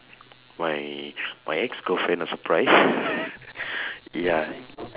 my my ex girlfriend a surprise ya